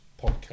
podcast